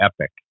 epic